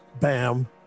bam